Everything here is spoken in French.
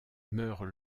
meurt